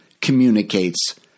communicates